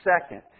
second